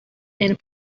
and